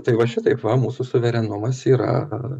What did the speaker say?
tai va šitaip va mūsų suverenumas yra